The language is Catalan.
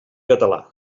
català